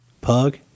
Pug